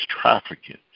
trafficking